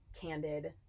candid